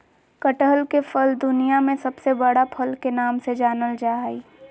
कटहल के फल दुनिया में सबसे बड़ा फल के नाम से जानल जा हइ